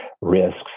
risks